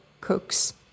cooks